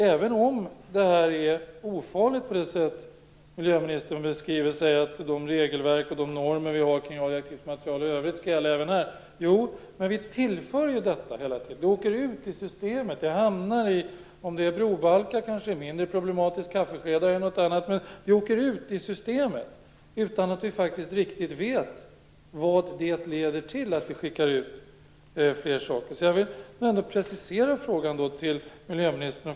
Även om det här är ofarligt på det sätt som miljöministern beskriver, även om hon säger att de regelverk och de normer vi har när det gäller radioaktivt material i övrigt skall gälla även på här området, så tillför vi detta hela tiden. Det åker ut i systemet. Om det hamnar i brobalkar är det kanske mindre problematiskt. Kaffeskedar är något annat. Men det åker ut i systemet, och vi vet faktiskt inte vad det leder till att vi skickar ut fler saker. Jag vill ändå precisera frågan till miljöministern.